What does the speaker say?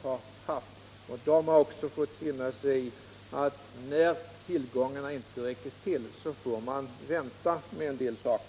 När tillgångarna inte har räckt till har de fått finna sig i att vänta när det gäller en del saker.